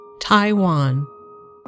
Taiwan